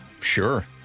Sure